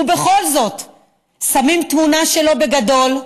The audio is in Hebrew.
ובכל זאת, שמים תמונה שלו בגדול,